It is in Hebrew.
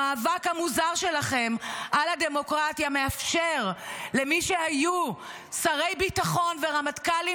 המאבק המוזר שלכם על הדמוקרטיה מאפשר למי שהיו שרי ביטחון ורמטכ"לים